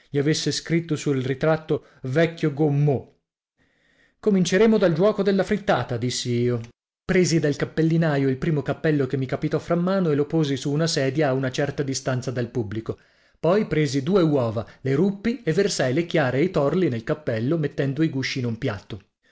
gli avesse scritto sul ritratto vecchio gommeux cominceremo dal giuoco della frittata dissi io presi dal cappellinaio il primo cappello che mi capitò fra mano e lo posi su una sedia a una certa distanza dal pubblico poi presi due uova le ruppi e versai le chiare e i torli nel cappello mettendo i gusci in un piatto